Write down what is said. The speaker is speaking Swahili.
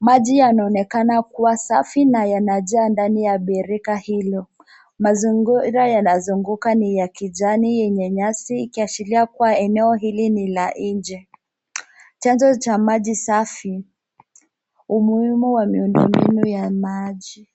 Maji yanaonekana kuwa safi na yanajaa ndani ya birika hilo. Mazingira yanazunguka ni ya kijani yenye nyasi ikiashiria kuwa eneo hili ni la nje. Chanjo cha maji safi umuhimu wa miundombinu ya maji.